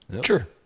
Sure